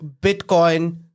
Bitcoin